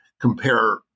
compare